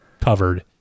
covered